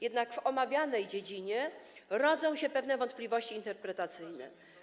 Jednak w omawianej dziedzinie rodzą się pewne wątpliwości interpretacyjne.